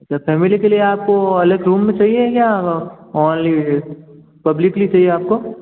sir family के लिए आप को अलग रूम में चाहिए या ओनली पब्लिकली चाहिए आप को